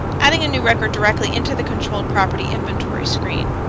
adding a new record directly into the controlled property inventory screen,